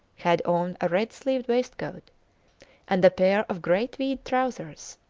had on a red-sleeved waistcoat and a pair of grey tweed trousers.